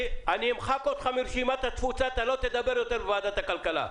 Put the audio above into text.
אני אמחק אותך מרשימת התפוצה ואתה לא תדבר יותר בוועדת הכלכלה.